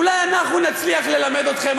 אולי אנחנו נצליח ללמד אתכם,